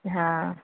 हँ